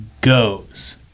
goes